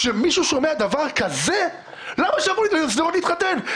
כאשר מישהו שומע דבר כזה הוא לא ילך לשדרות להתחתן,